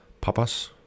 Papas